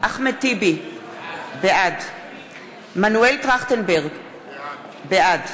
אחמד טיבי, בעד מנואל טרכטנברג, בעד